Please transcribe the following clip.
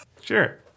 Sure